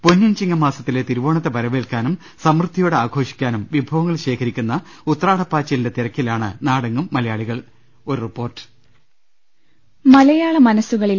പൊന്നിൻ ചിങ്ങമാസത്തിലെ തിരുവോണത്തെ വര വേൽക്കാനും സമൃദ്ധിയോടെ ആഘോഷിക്കാനും വിഭവങ്ങൾ ശേഖരിക്കുന്ന ഉത്രാടപ്പാച്ചിലിന്റെ തിരക്കിലാണ് നാടെങ്ങും മൂലയാളികൾ